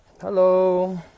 Hello